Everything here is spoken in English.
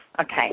Okay